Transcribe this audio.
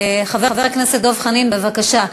חבר הכנסת דב חנין, בבקשה.